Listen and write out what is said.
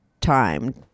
time